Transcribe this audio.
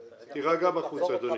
אדוני.